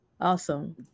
Awesome